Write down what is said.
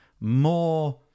more